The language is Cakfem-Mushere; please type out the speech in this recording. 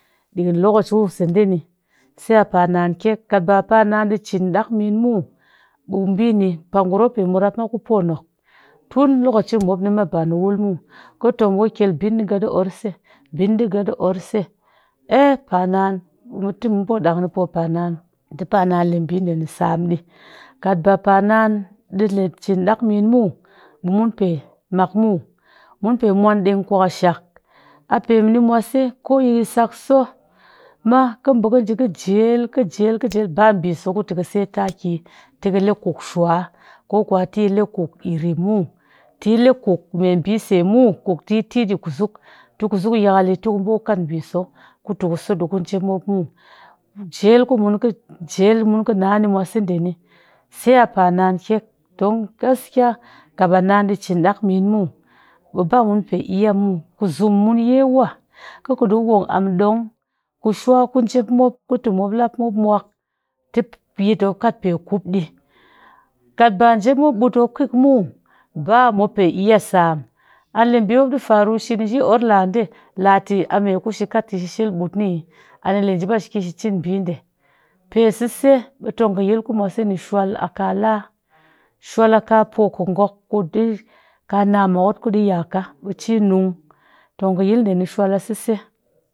Ɗiikɨn lokaci ku seɗe ni sai panan kyek kat ba a panan ɗii cin ɗak min muw ɓɛ ɓiini pak ngurum mop pe muaraap ku poonok tun lokai mɨ mop ni bani wul muw, kɨtong kɨ kyel bindiga ɗi orrse bindiga ɗii orse aɛh panaan mɨti mun poo ɗangni poo panaan tɨ panaan le ɓiiɗeni sam ɗii, kat ba pannan ɗiile cin ɗak min muw mun pe makmuw mun pe mwan ɗeng kwakashak ape mɨni mwase koyi kɨ sak soo ma kɨ bakɨ njii ka njel kɨ njii njel ba ɓiiso kutɨ kɨ set taki tɨ ɨle kugshwa ko kuwa tile kug irim muw tile kug meɓiise muw tɨ yi tiiyi kusuk tɨ kusuk yakal ɗii, tɨ ku ɓaaku kat ɓiiso tɨ ku baku so ɗii ku njep muw. njel ku mun njelku mun kɨ na ni mwase ɗeni sai a panaan don gaskiya kat a naan ɗii cin ɗakmin muw ɓe ba mun pe iya muw kusum mun yewa kɨ dikɨ wong amm ɗong ku shwa ku njepmop ku tɨ mop lap mop mwoak tɨ yit mop katpe kuup ɗii. Kat ba njep mop ɓuut mop kɨg muw bamop pee iya sam, anila ɓiimop ɗii faru kɨ orr laa ɗe laa tɨ ame ku tɨ kat tɨ shi shel ɓuut nihii, anile njipa shi ki shi cin ɓi ɗee. pesese ɓee tongkɨyil ku mwase ni shwal kaa la shwak a ka poo kugog ku ɗii ka namokot ku ɗii yaka ɓii cinung tongkɨyil ɗee ni shwal asese